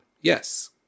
Yes